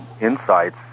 insights